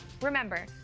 Remember